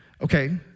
Okay